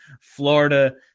Florida